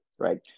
Right